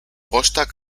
bostak